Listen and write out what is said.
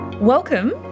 Welcome